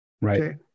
Right